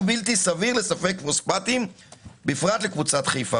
בלתי-סביר לספק פוספטים בפרט לקבוצת חיפה,